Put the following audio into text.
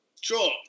Sure